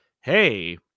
hey